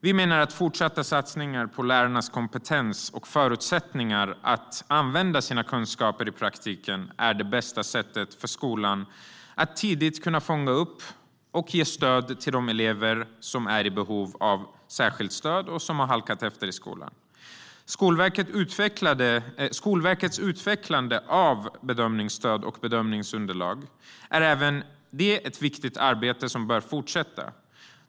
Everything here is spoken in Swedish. Vi menar att fortsatta satsningar på lärarnas kompetens och förutsättningar att använda sina kunskaper i praktiken är det bästa sättet för skolan att tidigt fånga upp och ge stöd till de elever som är i behov av särskilt stöd och som har halkat efter i skolan. Även Skolverkets utvecklande av bedömningsstöd och bedömningsunderlag är ett viktigt arbete som bör fortsätta.